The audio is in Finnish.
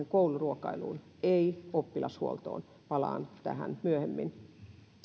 kouluruokailuun ei oppilashuoltoon palaan tähän myöhemmin